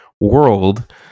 world